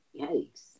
Yikes